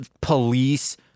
police